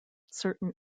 certain